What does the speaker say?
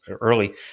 early